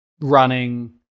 running